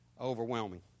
Overwhelming